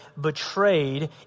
betrayed